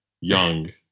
young